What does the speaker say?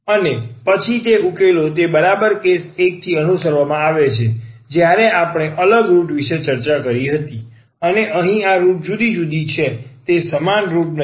અને પછી તે ઉકેલો તે બરાબર કેસ 1 થી અનુસરવામાં આવે છે જ્યારે આપણે અલગ રુટ વિશે ચર્ચા કરી હતી અને અહીં આ રુટ જુદી જુદી છે તે સમાન રુટ નથી